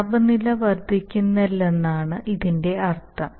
താപനില വർദ്ധിക്കില്ലെന്നാണ് ഇതിനർത്ഥം